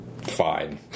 Fine